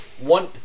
one